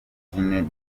argentine